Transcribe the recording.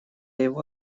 его